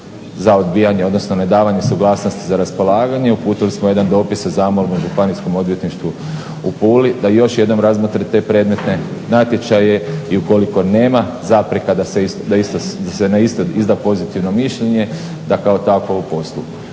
za odbijanje odnosno nedavanje suglasnosti za raspolaganje. Uputili smo jedan dopis zamolbu Županijskom odvjetništvu u Puli da još jednom razmotre te predmetne natječaje i ukoliko nema zapreka da se izda pozitivno mišljenje da kao takvo